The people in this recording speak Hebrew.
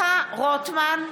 רוטמן,